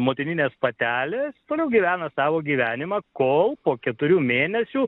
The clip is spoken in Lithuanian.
motininės patelės toliau gyvena savo gyvenimą kol po keturių mėnesių